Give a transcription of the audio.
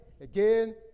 again